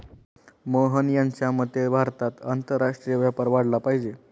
मोहन यांच्या मते भारतात आंतरराष्ट्रीय व्यापार वाढला पाहिजे